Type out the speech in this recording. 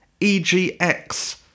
EGX